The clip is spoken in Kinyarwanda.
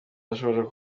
adashobora